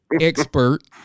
expert